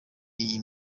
iyi